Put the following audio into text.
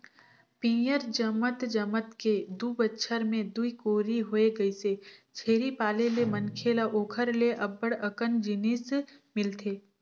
पियंर जमत जमत के दू बच्छर में दूई कोरी होय गइसे, छेरी पाले ले मनखे ल ओखर ले अब्ब्ड़ अकन जिनिस मिलथे